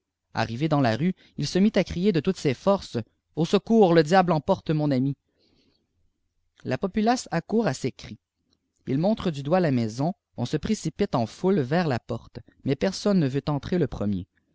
arrivé dans la rue il se mit à crier de toutes ses forces au secours le diable emporte mon ami la populace accourt à ses cris il montre du doigt la maison on se précipite eh foule versja porte mais personne ne veut entrer le premier